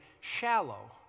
shallow